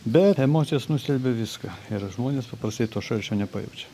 bet emocijos nustelbia viską ir žmonės paprastai to šalčio nepajaučia